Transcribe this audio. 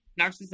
narcissism